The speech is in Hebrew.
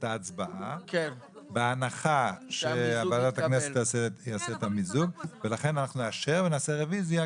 לעניין גמלאות שונות וגם את הסעיפים 15,